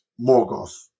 Morgoth